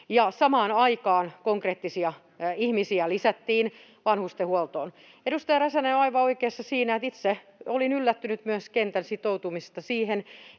samaan aikaan konkreettisia ihmisiä lisättiin vanhustenhuoltoon. Edustaja Räsänen on aivan oikeassa siinä — itse olin yllättynyt myös kentän sitoutumisesta siihen